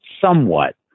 somewhat